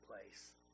Place